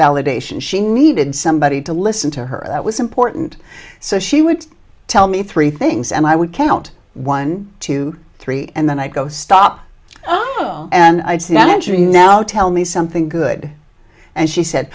validation she needed somebody to listen to her that was important so she would tell me three things and i would count one two three and then i go stop and now tell me something good and she said